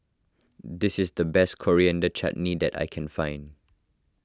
this is the best Coriander Chutney that I can find